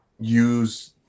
use